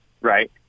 right